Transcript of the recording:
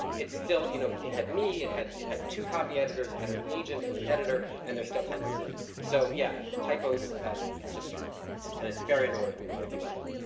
it's still, you know, it had me, it had it had two copy-editors, it had an agent and an editor and there's still typos in it. so, yeah, typos and it's just true. it's, and it's very annoying, i'm with you on that.